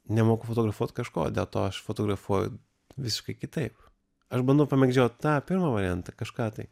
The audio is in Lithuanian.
nemoku fotografuot kažko dėl to aš fotografuoju visiškai kitaip aš bandau pamėgdžiot tą pirmą variantą kažką tai